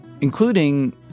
including